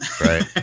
Right